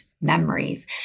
memories